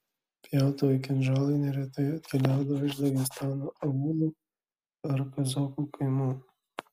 pjautuvai kinžalai neretai atkeliaudavo iš dagestano aūlų ar kazokų kaimų